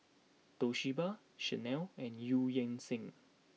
Toshiba Chanel and Eu Yan Sang